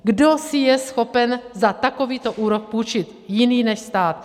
Kdo si je schopen za takovýto úrok půjčit jiný než stát?